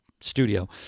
studio